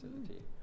facility